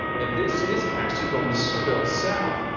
and this is actually going to spill south.